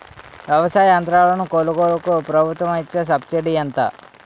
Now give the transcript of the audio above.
వ్యవసాయ యంత్రాలను కొనుగోలుకు ప్రభుత్వం ఇచ్చే సబ్సిడీ ఎంత?